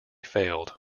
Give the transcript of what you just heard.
failed